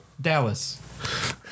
Dallas